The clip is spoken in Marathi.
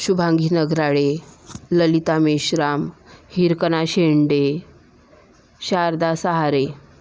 शुभांगी नगराळे ललिता मेश्राम हिरकना शेंडे शारदा सहारे